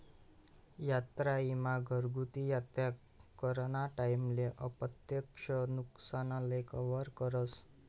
यात्रा ईमा घरगुती यात्रा कराना टाईमले अप्रत्यक्ष नुकसानले कवर करस